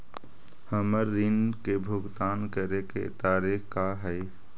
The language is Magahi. हमर ऋण के भुगतान करे के तारीख का हई?